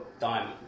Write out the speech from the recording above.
diamond